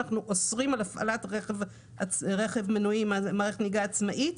שבו אנחנו אוסרים על הפעלת רכב מנועי עם מערכת נהיגה עצמאית,